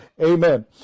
Amen